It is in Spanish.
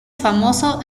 famoso